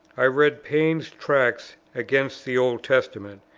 i read paine's tracts against the old testament,